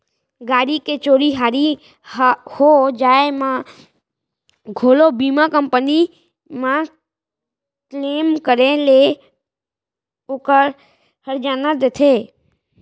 गाड़ी के चोरी हारी हो जाय म घलौ बीमा कंपनी म क्लेम करे ले ओकर हरजाना देथे